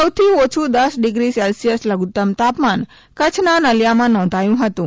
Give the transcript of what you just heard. સૌથી ઓછુ દસ ડિગ્રી સેલસીયસ લધુતમ તાપમાન કચ્છના નલિયામા નોંધાયુ હતુ